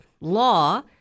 law